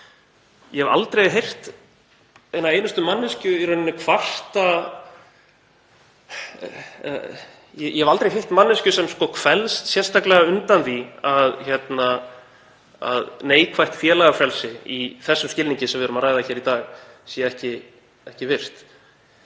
Ég hef aldrei hitt manneskju sem kvelst sérstaklega undan því að neikvætt félagafrelsi, í þeim skilningi sem við ræðum hér í dag, sé ekki virt.